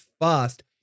fast